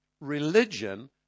religion